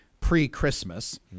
pre-Christmas